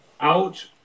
out